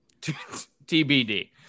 TBD